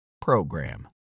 PROGRAM